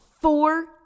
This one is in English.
four